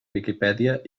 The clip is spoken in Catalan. viquipèdia